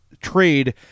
trade